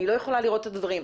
אני לא יכולה לראות את הדברים.